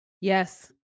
yes